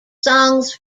songs